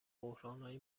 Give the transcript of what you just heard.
بحرانهای